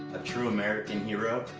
true american hero.